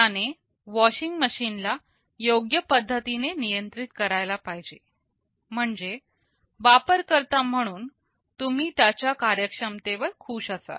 त्याने वॉशिंग मशीनला योग्य पद्धतीने नियंत्रित करायला पाहिजे म्हणजे वापरकर्ता म्हणून तुम्ही त्याच्या कार्यक्षमते वर खुश असाल